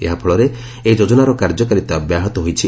ଏହା ଫଳରେ ଏହି ଯୋଜନାର କାର୍ଯ୍ୟକାରିତା ବ୍ୟାହତ ହୋଇଛି